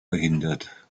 verhindert